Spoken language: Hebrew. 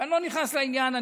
אני לא נכנס לעניין,